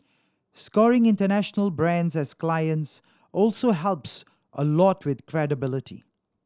scoring international brands as clients also helps a lot with credibility